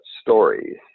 stories